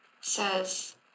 says